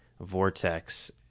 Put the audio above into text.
vortex